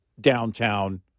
downtown